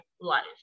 life